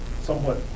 somewhat